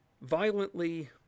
violently